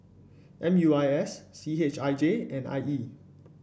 M U I S C H I J and I E